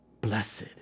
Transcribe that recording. Blessed